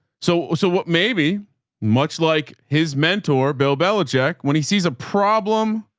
so, so what maybe much like his mentor bill bellacheck when he sees a problem,